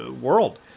world